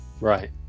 Right